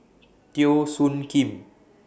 Teo Soon Kim